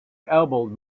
elbowed